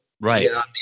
Right